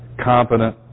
competent